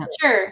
Sure